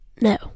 No